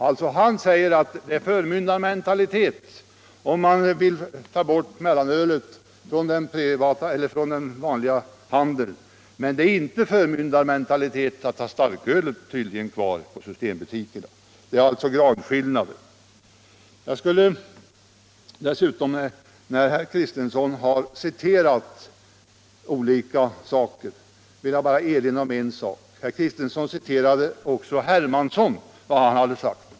Herr Kristenson säger att det är förmyndarmentalitet att ta bort mellanölet från den vanliga handeln. Men det är tydligen inte förmyndarmentalitet att ha starkölet kvar på systembutikerna! — Jag anser alltså att det är en gradskillnad. Herr Kristenson citerade vad Rune Hermansson hade sagt.